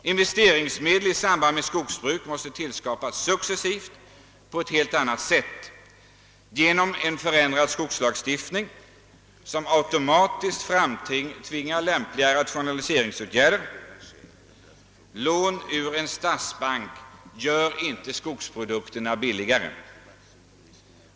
Investeringsmedel i samband med skogsbruk måste tillskapas successivt på ett helt annat sätt, nämligen genom en ändring av skogslagstiftningen som automatiskt framtvingar lämpliga rationaliseringsåtgärder. Lån ur en statsbank gör inte skogsprodukterna billigare.